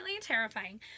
terrifying